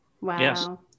Wow